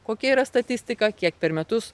kokia yra statistika kiek per metus